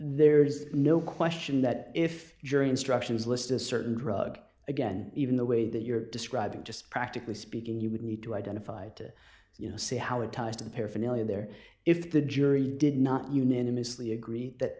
there is no question that if the jury instructions list a certain drug again even the way that you're describing just practically speaking you would need to identify to you know see how it ties to the paraphernalia there if the jury did not unanimously agree that